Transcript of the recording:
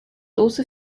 also